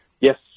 Yes